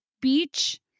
beach